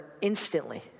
instantly